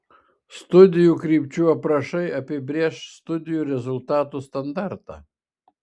studijų krypčių aprašai apibrėš studijų rezultatų standartą